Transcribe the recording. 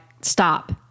stop